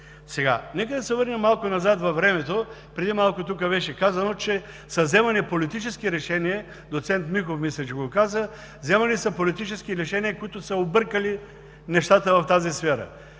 посока. Нека да се върнем малко назад във времето. Преди малко тук беше казано, че са вземани политически решения – доцент Михов мисля, че го каза, вземани са политически решения, които са объркали нещата в тази сфера.